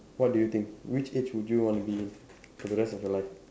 what do you think which age would you want to be for the rest of your life